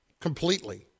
Completely